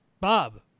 bob